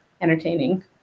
entertaining